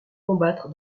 combattre